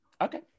okay